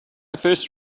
first